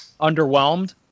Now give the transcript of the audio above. Underwhelmed